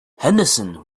henderson